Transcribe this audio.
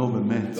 נו, באמת.